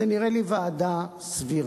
זה נראה לי ועדה סבירה,